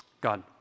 God